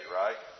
right